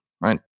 right